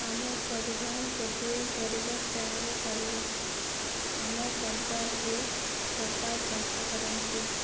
ଆମ ପରିବାର ଗୋଟିଏ ଗରିବ ଶ୍ରେଣୀର ପରିବାର ଆମ ପରିବାରେ ବାପା ଚାଷ କରନ୍ତି